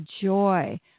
joy